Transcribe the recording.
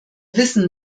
wissen